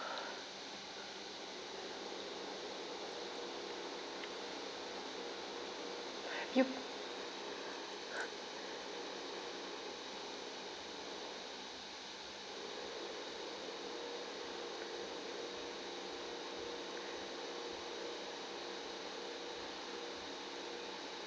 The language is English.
you